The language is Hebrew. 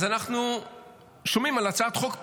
אנחנו שומעים על הצעת חוק פרטית,